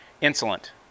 Insolent